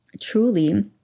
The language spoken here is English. truly